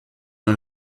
mal